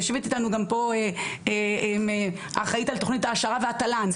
יושבת איתנו גם פה האחראית על תוכנית העשרה והתל"ן,